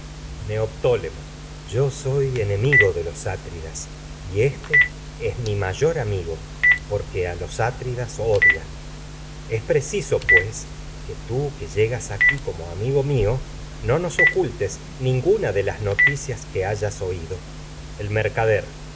neoptólemo mi yo soy enemigo de los atridas y éste es mayor amigo porque a los átridas odia es preci so nos pues que tú que llegas aquí como amigo mío no ocultes ninguna de las noticias que hayas oído el mercader